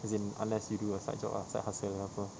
as in unless you do a side job ah side hustle ke apa